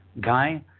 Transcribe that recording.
Guy